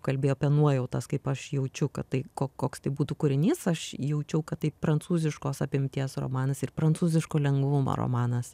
kalbėjau apie nuojautas kaip aš jaučiu kad tai ko koks tai būtų kūrinys aš jaučiau kad tai prancūziškos apimties romanas ir prancūziško lengvumo romanas